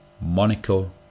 Monaco